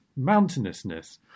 mountainousness